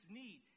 need